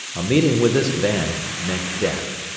a meeting with this band meant death.